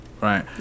Right